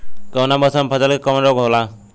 कवना मौसम मे फसल के कवन रोग होला?